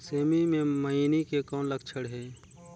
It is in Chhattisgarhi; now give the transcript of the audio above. सेमी मे मईनी के कौन लक्षण हे?